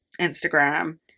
instagram